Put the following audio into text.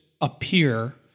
appear